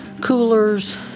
coolers